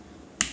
P_I_S lor